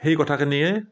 সেই কথাখিনিৰে